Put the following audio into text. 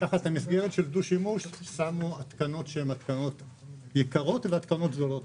תחת המסגרת של דו-שימוש שמו התקנות יקרות והתקנות זולות.